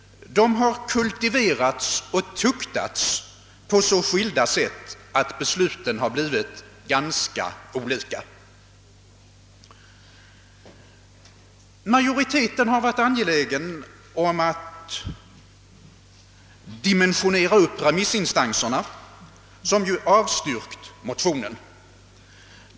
De har kultiveraits och tuktats på så skilda sätt att resultaten blivit ganska skiljaktiga. Majoriteten har varit angelägen om att dimensionera upp yttrandena från remissinstanserna, som har avstyrkt motionen.